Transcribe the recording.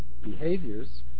behaviors